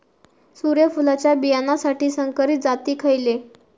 सूर्यफुलाच्या बियानासाठी संकरित जाती खयले?